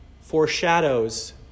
foreshadows